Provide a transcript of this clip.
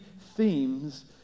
themes